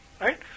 right